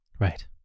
Right